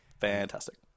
fantastic